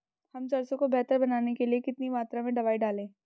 हम सरसों को बेहतर बनाने के लिए कितनी मात्रा में दवाई डालें?